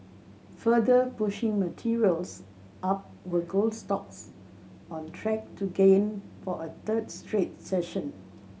further pushing materials up were gold stocks on track to gain for a third straight session